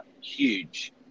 huge